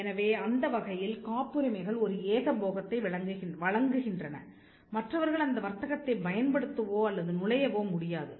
எனவே அந்த வகையில் காப்புரிமைகள் ஒரு ஏகபோகத்தை வழங்குகின்றன மற்றவர்கள் அந்த வர்த்தகத்தை பயன்படுத்தவோ அல்லது நுழையவோ முடியாது